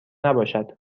نباشد